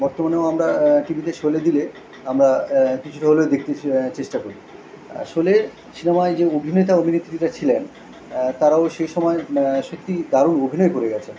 বর্তমানেও আমরা টিভিতে শোলে দিলে আমরা কিছুটা হলেও দেখতে চে চেষ্টা করি আসলে সিনেমায় যে অভিনেতা অভিনেত্রীরা ছিলেন তারাও সেই সময় সত্যি দারুণ অভিনয় করে গেছেন